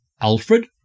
Alfred